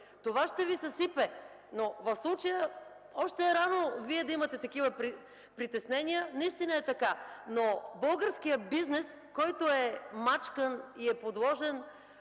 Красимир Велчев.) В случая още е рано Вие да имате такива притеснения, наистина е така. Но българският бизнес, който е мачкан и е подложен